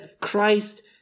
Christ